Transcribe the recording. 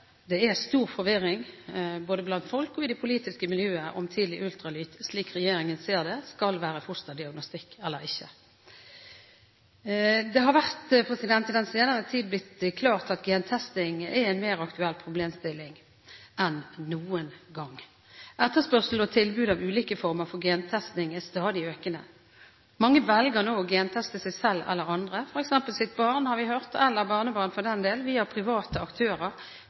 Det er stor forvirring blant folk og i det politiske miljøet om tidlig ultralyd, slik regjeringen ser det, skal være fosterdiagnostikk eller ikke. Det har i den senere tid blitt klart at gentesting er en mer aktuell problemstilling enn noen gang. Etterspørselen etter og tilbudet av ulike former for gentesting er stadig økende. Mange velger nå å genteste seg selv eller andre – f.eks. sitt barn, har vi hørt, eller barnebarn, for den del – via private aktører